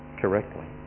correctly